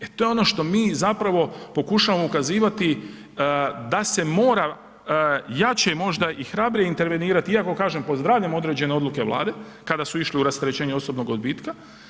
E to je ono što mi zapravo pokušavamo ukazivati da se mora jače možda i hrabrije intervenirati, iako kažem, pozdravljam određen odluke Vlade kada su išli u rasterećenje osobnog odbitka.